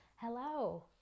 Hello